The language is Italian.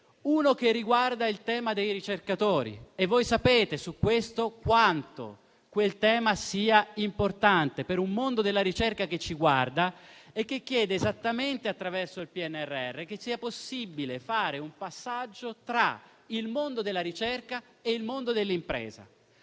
primo riguarda il tema dei ricercatori e voi sapete quanto sia importante per un mondo della ricerca che ci guarda e che chiede esattamente, attraverso il PNRR, che sia possibile fare un passaggio tra il mondo della ricerca e il mondo dell'impresa,